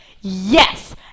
yes